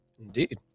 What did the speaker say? Indeed